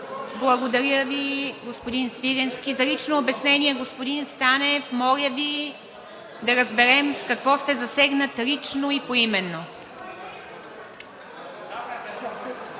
Благодаря Ви, господин Свиленски. За лично обяснение – господин Станев. Моля Ви да разберем, с какво сте засегнат лично и поименно.